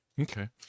Okay